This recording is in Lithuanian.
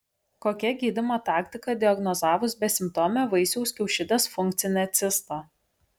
kokia gydymo taktika diagnozavus besimptomę vaisiaus kiaušidės funkcinę cistą